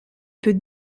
peut